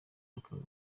bataha